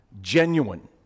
Genuine